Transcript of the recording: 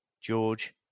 George